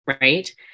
Right